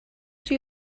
توی